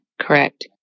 Correct